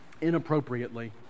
inappropriately